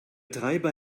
treiber